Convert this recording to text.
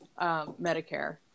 Medicare